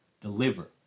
deliver